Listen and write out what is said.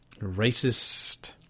racist